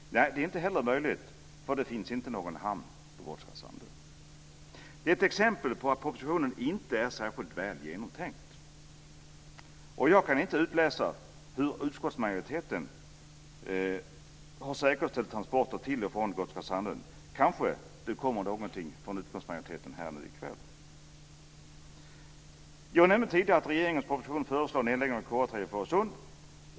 Nej, detta är inte heller möjligt eftersom det inte finns någon hamn på Gotska Sandön. Det är ett exempel på att propositionen inte är särskilt väl genomtänkt. Jag kan inte utläsa hur utskottsmajoriteten har säkerställt transporter till och från Gotska Sandön, men det kanske kommer någonting från utskottsmajoriteten i kväll. Jag nämnde tidigare att i regeringens proposition föreslås nedläggning av KA 3 i Fårösund.